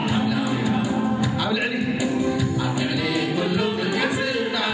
no no no no no